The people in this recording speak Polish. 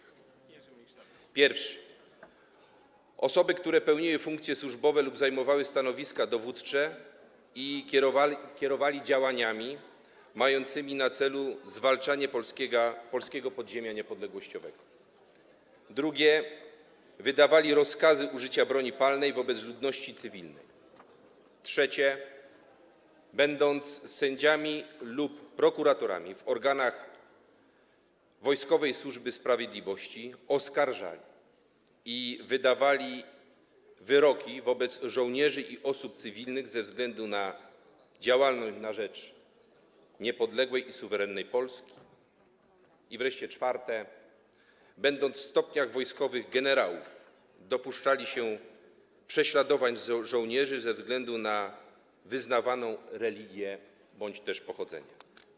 Chodzi o osoby, ludzi, którzy, po pierwsze, pełnili funkcje służbowe lub zajmowali stanowiska dowódcze i kierowali działaniami mającymi na celu zwalczanie polskiego podziemia niepodległościowego, po drugie, wydawali rozkazy użycia broni palnej wobec ludności cywilnej, po trzecie, będąc sędziami lub prokuratorami w organach wojskowej służby sprawiedliwości, oskarżali i wydawali wyroki wobec żołnierzy i osób cywilnych ze względu na działalność na rzecz niepodległej i suwerennej Polski, i wreszcie po czwarte, będąc w stopniach wojskowych generałów, dopuszczali się prześladowań żołnierzy ze względu na wyznawaną religię bądź też pochodzenie.